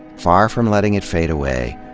far from letting it fade away,